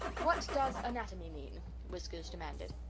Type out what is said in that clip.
what does anatomy mean whiskers demanded.